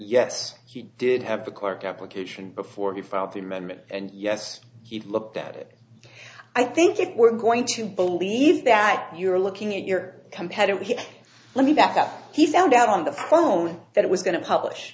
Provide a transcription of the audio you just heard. yes she did have the clerk application before he filed the amendment and yes he looked at it i think it we're going to believe that you're looking at your competitor here let me back up he found out on the phone that it was going to publish